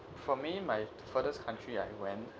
for me my furthest country I went